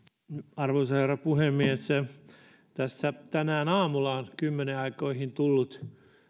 arvoisa herra puhemies tässä tänään aamulla on kymmenen aikoihin tullut hallitukselta